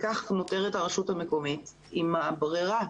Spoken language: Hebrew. כך נותרת הרשות המקומית עם הברירה